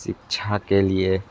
शिक्षा के लिए